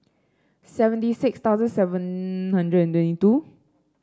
seventy six thousand seven hundred and twenty two